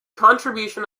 contribution